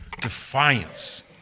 Defiance